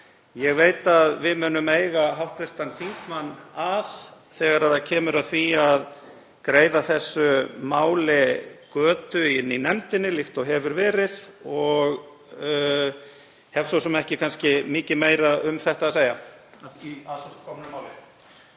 Ég veit að við munum eiga hv. þingmann að þegar kemur að því að greiða þessu máli götu í nefndinni, líkt og hefur verið, og hef svo sem ekki mikið meira um þetta að segja.